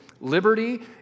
liberty